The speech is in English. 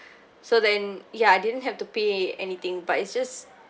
so then yeah I didn't have to pay anything but it's just